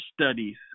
studies